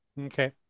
Okay